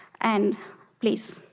and please.